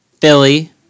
Philly